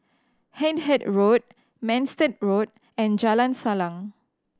Hindhede Road Manston Road and Jalan Salang